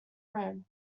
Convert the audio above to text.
room